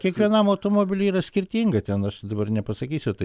kiekvienam automobiliui yra skirtinga ten aš dabar nepasakysiu tai